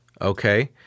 okay